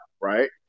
right